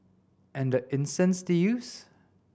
and the incense they used